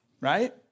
Right